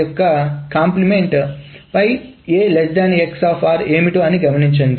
యొక్క కాంప్లిమెంట్ ఏమిటోఅని గమనించండి